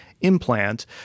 implant